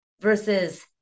versus